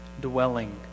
dwelling